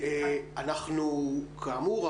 כאמור,